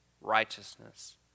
righteousness